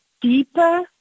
deeper